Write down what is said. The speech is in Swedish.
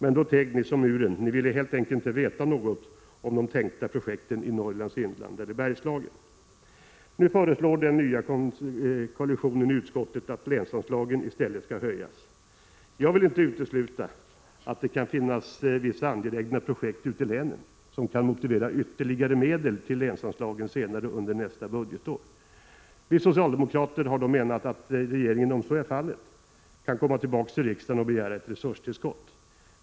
Men då teg ni som muren =— ni ville helt enkelt inte veta något om de tänkta projekten i Norrlands inland eller Bergslagen! Nu föreslår den nya koalitionen i utskottet att länsanslagen i stället skall höjas. Jag vill inte utesluta att det kan finnas vissa angelägna projekt ute i länen, som kan motivera ytterligare medel till länsanslagen senare under nästa budgetår. Vi socialdemokrater har då menat att regeringen, om så är fallet, kan komma tillbaka till riksdagen och begära ett resurstillskott.